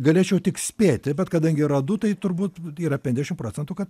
galėčiau tik spėti bet kadangi yra du tai turbūt yra penkdešim procentų kad